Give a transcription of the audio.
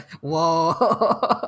Whoa